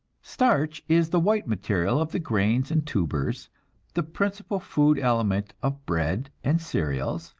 starch is the white material of the grains and tubers the principal food element of bread and cereals,